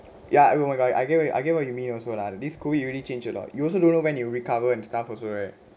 ya everyone got it I get you I get what you mean also lah this could it really change a lot you also don't know when you'll recover and stuff also right